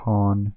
Pawn